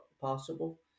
possible